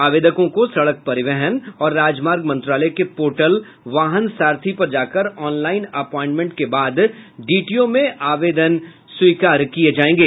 आवेदकों को सड़क परिवहन और राजमार्ग मंत्रालय के पोर्टल वाहन सारथी पर जाकर ऑनलाइन अप्वाइंटमेंट के बाद डीटीओ में आवेदन स्वीकृत किये जायेंगे